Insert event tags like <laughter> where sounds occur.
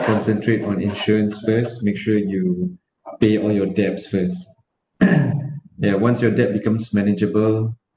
concentrate on insurance first make sure you pay all your debt first <coughs> then once your debt becomes manageable